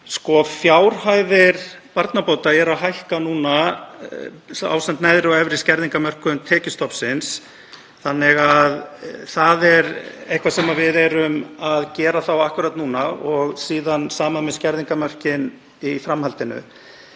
Fjárhæðir barnabóta eru að hækka núna ásamt neðri og efri skerðingarmörkum tekjustofnsins. Það er eitthvað sem við erum að gera akkúrat núna og síðan það sama með skerðingarmörkin í framhaldinu.